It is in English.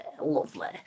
Lovely